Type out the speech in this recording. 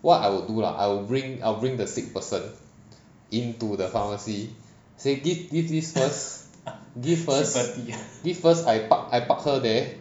what I would do lah I will bring I'll bring the sick person into the pharmacy say give this first give first give first I park her there